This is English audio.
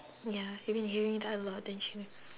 ya you've been hearing that a lot don't you